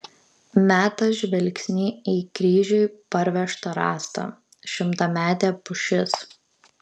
meta žvilgsnį į kryžiui parvežtą rąstą šimtametė pušis